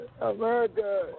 America